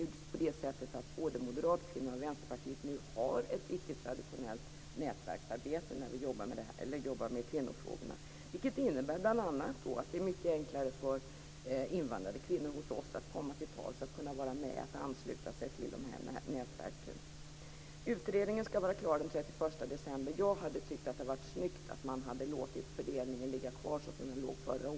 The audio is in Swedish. Det är just så att både moderatkvinnor och Vänsterpartiet nu har ett icke-traditionellt nätverksarbete när vi arbetar med kvinnofrågorna, vilket bl.a. innebär att det är mycket enklare för invandrade kvinnor att hos oss komma till tals, att vara med och ansluta sig till nätverken. Utredningen skall vara klar den 31 december. Jag hade tyckt att det hade varit snyggt att man hade låtit fördelningen ligga kvar så som den låg förra året.